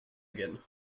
again